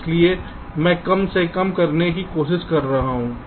इसलिए मैं कम से कम करने की कोशिश कर रहा हूं